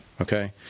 okay